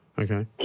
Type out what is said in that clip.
Okay